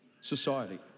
society